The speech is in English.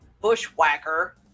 bushwhacker